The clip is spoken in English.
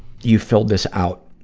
you filled this out.